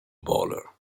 bowler